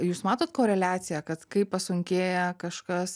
jūs matot koreliaciją kad kai pasunkėja kažkas